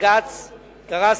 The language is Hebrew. בג"ץ קרסיק,